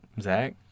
Zach